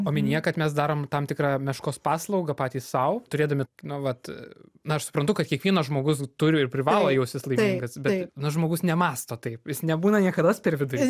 omenyje kad mes darom tam tikrą meškos paslaugą patys sau turėdami na vat na aš suprantu kad kiekvienas žmogus turi ir privalo jaustis laimingas bet na žmogus nemąsto taip jis nebūna niekados per vidurį